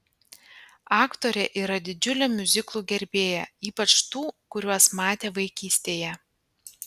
aktorė yra didžiulė miuziklų gerbėja ypač tų kuriuos matė vaikystėje